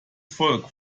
volk